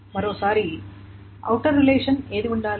మరోసారి outer relation ఏది ఉండాలి